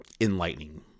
enlightening